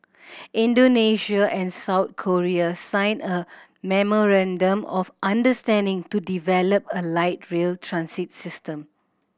Indonesia and South Korea signed a memorandum of understanding to develop a light rail transit system